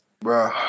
Bro